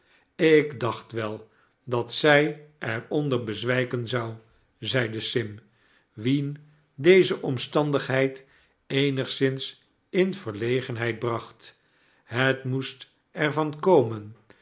slk dacht wel dat zij er onder bezwijken zou zeide sim wien deze omstandigheid eenigszins in verlegenheid bracht het moest er van komen